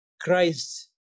Christ